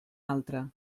altre